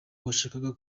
washakaga